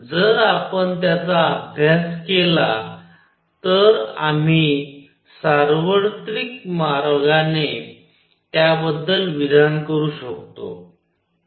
म्हणून जर आपण त्याचा अभ्यास केला तर आम्ही सार्वत्रिक मार्गाने त्याबद्दल विधान करू शकतो